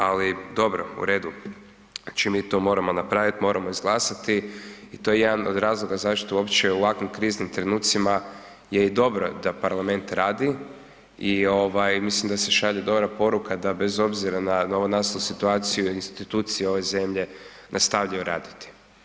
Ali dobro u redu, čim mi to moramo napraviti, moramo izglasati i to je jedan od razloga zašto uopće u ovakvim kriznim trenucima je i dobro da i parlament radi i ovaj mislim da se šalje dobra poruka da bez obzira na novonastalu situaciju institucije ove zemlje nastavljaju raditi.